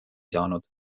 saanud